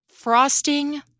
Frosting